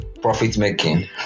profit-making